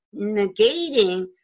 negating